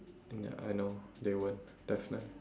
ya I know they won't definite